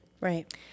Right